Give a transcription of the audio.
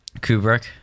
Kubrick